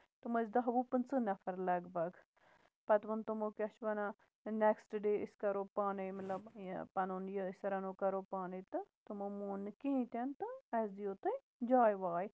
تِم ٲسۍ دہ وُہ پٔنژٕہ نَفر لَگ بگ پَتہٕ ووٚن تِمَو کیاہ چھِ وَنان اَتھ نٮ۪کٔسٹ ڈے أسۍ کرو پانَے مطلب یہِ پَنُن یہِ أسۍ رَنو کرو پانَے تہٕ تِمَو مون نہٕ کِہیٖنۍ تہِ نہٕ تہٕ اَسہِ دِیو تُہۍ جاے واے